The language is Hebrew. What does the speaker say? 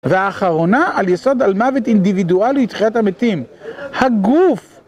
והאחרונה על יסוד על מוות אינדיבידואלי את חיית המתים, הגוף.